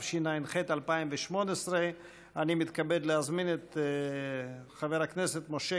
התשע''ח 2018. אני מתכבד להזמין את חבר הכנסת משה